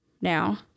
now